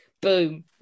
boom